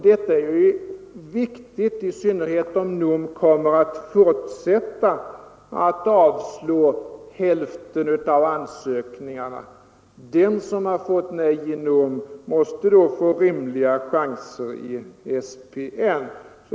Detta är viktigt i synnerhet om NOM kommer att fortsätta att avslå hälften av ansökningarna. Den som har fått nej av NOM måste då få rimliga chanser i SPN.